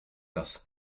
dass